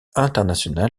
international